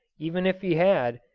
even if he had,